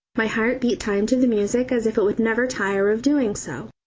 my heart beat time to the music as if it would never tire of doing so.